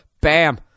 Bam